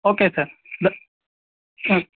okay sir ದ್ ಹಾಂ